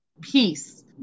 peace